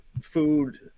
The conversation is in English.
food